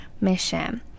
mission